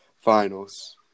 finals